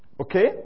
Okay